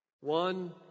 One